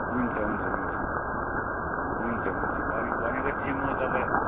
हुन्छ हुन्छ हुन्छ हुन्छ हुन्छ भन्यो भनेपछि म तपाईँलाई